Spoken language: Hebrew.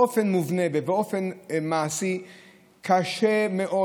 באופן מובנה ובאופן מעשי קשה מאוד,